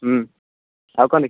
ହୁଁ ଆଉ କ'ଣ ଲେଖିଲୁ